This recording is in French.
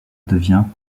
devient